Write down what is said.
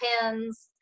pins